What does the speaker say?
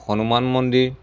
হনুমান মন্দিৰ